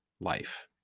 life